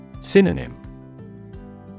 Synonym